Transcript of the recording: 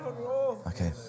Okay